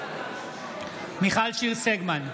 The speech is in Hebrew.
מיכל שיר סגמן,